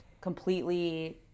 completely